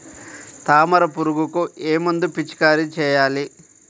తామర పురుగుకు ఏ మందు పిచికారీ చేయాలి?